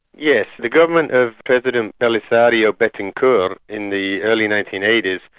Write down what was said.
yes, the government of president belisario betancourt, in the early nineteen eighty s,